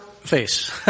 face